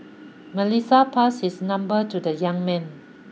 Melissa passed his number to the young man